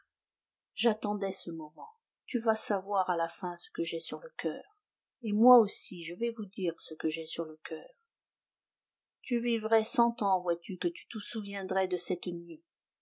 j'attendais ce moment tu vas savoir à la fin ce que j'ai sur le coeur et moi aussi je vais vous dire ce que j'ai sur le coeur tu vivrais cent ans vois-tu que tu te souviendrais de cette nuit